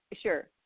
sure